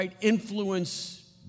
influence